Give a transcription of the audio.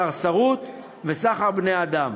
סרסרות וסחר בבני-אדם.